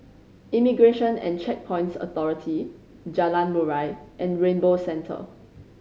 Immigration and Checkpoints Authority Jalan Murai and Rainbow Centre